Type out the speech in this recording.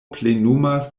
plenumas